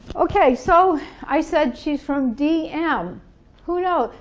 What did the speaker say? okay so i said she's from d, m who knows?